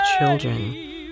children